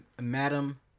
Madam